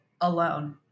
alone